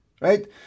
right